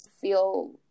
feel